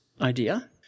idea